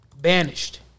banished